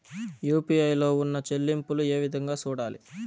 UPI లో ఉన్న చెల్లింపులు ఏ విధంగా సూడాలి